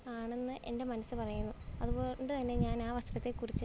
ആണെന്ന് എൻ്റെ മനസ്സ് പറയുന്നു അതു കൊണ്ടു തന്നെ ഞാനാണ് വസ്ത്രത്തെ കുറിച്ച്